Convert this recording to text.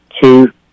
two